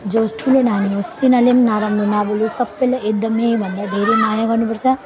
जो होस् ठुलो नानी होस् तिनीहरूले पनि नराम्रो नबोलोस् सबैले एकदमैभन्दा धेरै माया गर्नुपर्छ